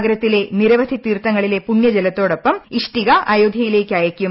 നഗരത്തിലെ നിരവധി തീർത്ഥങ്ങളിലെ പുണ്യ ജലത്തോടൊപ്പം ഇഷ്ടിക അയോധ്യയിലേക്ക് അയയ്ക്കും